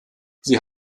sie